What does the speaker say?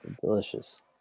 Delicious